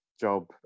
job